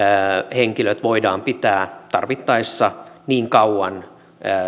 henkilöt voidaan pitää säilössä tarvittaessa niin kauan